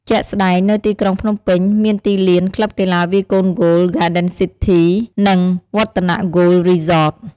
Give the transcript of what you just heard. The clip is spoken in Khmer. ជាក់ស្ដែង នៅទីក្រុងភ្នំពេញ មានទីលាន ក្លឹបកីឡាវាយកូនហ្គោល ហ្គាដិនស៊ីធី (Garden City Golf Club) និង Vattanac Golf Resort។